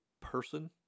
person